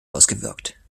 ausgewirkt